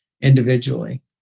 individually